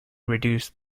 reduced